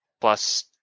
Plus